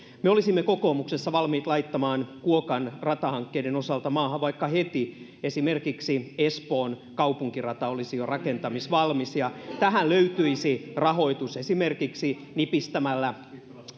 me olisimme kokoomuksessa valmiita laittamaan kuokan ratahankkeiden osalta maahan vaikka heti esimerkiksi espoon kaupunkirata olisi jo rakentamisvalmis ja tähän löytyisi rahoitus esimerkiksi nipistämällä